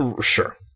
Sure